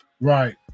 Right